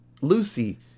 Lucy